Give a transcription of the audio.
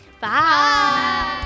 Bye